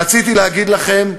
רציתי להגיד לכם: